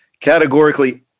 categorically